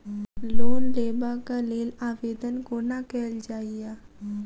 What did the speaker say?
Loan लेबऽ कऽ लेल आवेदन कोना कैल जाइया?